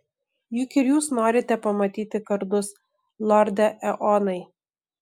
juk ir jūs norite pamatyti kardus lorde eonai